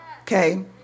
okay